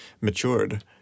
matured